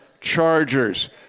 Chargers